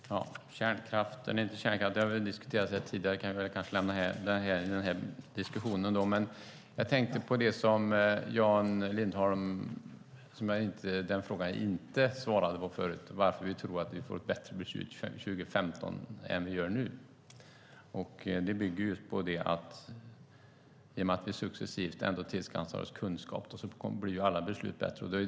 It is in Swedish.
Fru talman! Kärnkraft eller inte kärnkraft har vi diskuterat här tidigare, och det kan vi kanske lämna därhän i den här diskussionen. Jag tänkte på den fråga som jag inte besvarade förut, det vill säga varför vi tror att vi får ett bättre beslut 2015 än nu. Det bygger på att alla beslut genom att vi successivt tillskansar oss kunskap blir bättre.